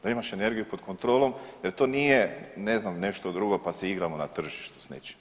Da imaš energiju pod kontrolom jer to nije ne znam nešto drugo pa se igramo na tržištu s nečim.